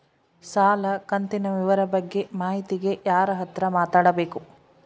ಸಾಲ ಕಂತಿನ ವಿವರ ಬಗ್ಗೆ ಮಾಹಿತಿಗೆ ಯಾರ ಹತ್ರ ಮಾತಾಡಬೇಕು?